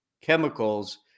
chemicals